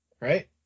right